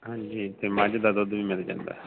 ਹਾਂਜੀ ਅਤੇ ਮੱਝ ਦਾ ਦੁੱਧ ਵੀ ਮਿਲ ਜਾਂਦਾ